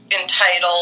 entitled